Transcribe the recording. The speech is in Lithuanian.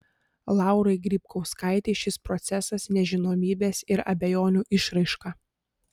laurai grybkauskaitei šis procesas nežinomybės ir abejonių išraiška